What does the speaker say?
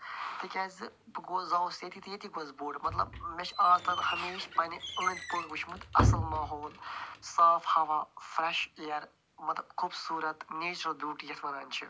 تِکیٛازِ بہٕ گوس زاوُس ییٚتی تہٕ ییٚتی گوس بوٚڑ مطلب مےٚ چھِ آز تام ہمیشہٕ پَنٕنۍ أنٛدۍ پٔکۍ وُچھمُت اصٕل ماحول صاف ہَوا فرٛیٚش اِیر مطلب خوٗبصوٗرت نیچرَل بیٚوٹی یَتھ وَنان چھِ